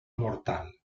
mortal